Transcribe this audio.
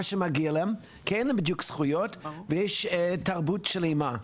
שמגיע להם כי אין להם בדיוק זכויות ויש תרבות של אימה.